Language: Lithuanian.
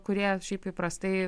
kurie šiaip įprastai